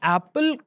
Apple